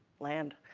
land.